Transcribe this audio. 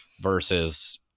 versus